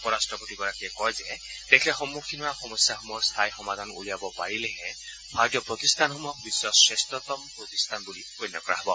উপৰাট্টপতিগৰাকীয়ে কয় যে দেশে সন্মুখীন হোৱা সমস্যাসমূহৰ স্থায়ী সমাধান উলিয়াব পাৰিলেহে ভাৰতীয় প্ৰতিষ্ঠানসমূহক বিধৰ শ্ৰেষ্ঠতম প্ৰতিষ্ঠান বুলি গণ্য কৰা হ'ব